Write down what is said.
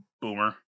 boomer